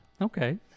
Okay